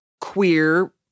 queer